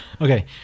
Okay